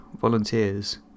volunteers